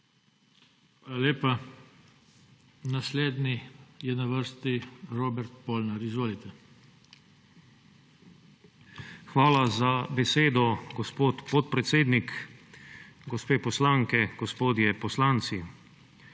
Hvala za besedo, gospod podpredsednik. Gospe poslanke, gospodje poslanci!